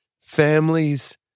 families